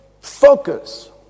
focus